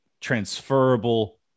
transferable